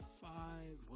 five